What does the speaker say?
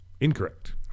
Incorrect